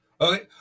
Okay